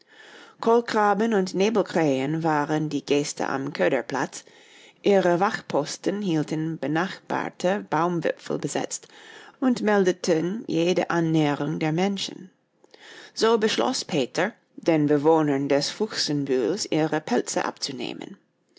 kolkraben und nebelkrähen waren die gäste am köderplatz ihre wachtposten hielten benachbarte baumwipfel besetzt und meldeten jede annäherung der menschen so beschloß peter den bewohnern des fuchsenbühels ihre pelze abzunehmen